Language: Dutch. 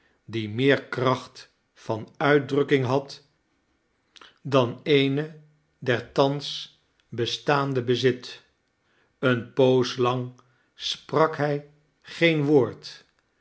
die meer kracht van uitdrukking had dan eene der thans bestaande bezit eene poos lang sprak hij geen woord